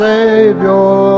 Savior